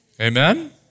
amen